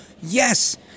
Yes